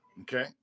Okay